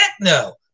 no